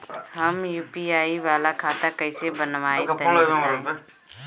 हम यू.पी.आई वाला खाता कइसे बनवाई तनि बताई?